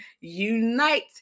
unite